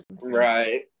Right